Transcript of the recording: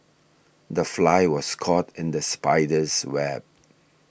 the fly was caught in the spider's web